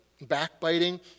backbiting